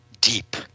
deep